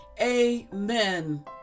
amen